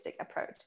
approach